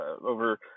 over